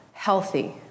healthy